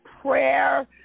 prayer